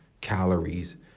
calories